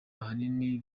ahanini